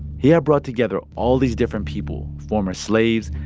he had brought together all these different people former slaves,